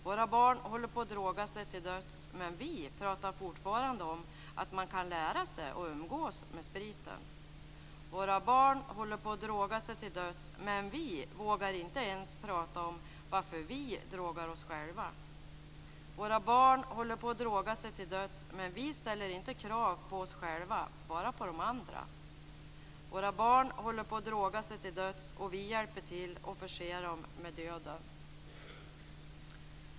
Våra barn håller på att droga sig till döds, men vi pratar fortfarande om att man kan lära sig att umgås med spriten. Våra barn håller på att droga sig till döds, men vi vågar inte ens prata om varför vi drogar oss själva. Våra barn håller på att droga sig till döds, men vi ställer inte krav på oss själva, bara på de andra. Våra barn håller på att droga sig till döds, och vi hjälper till att förse dem med döden.